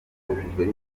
guverineri